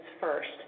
first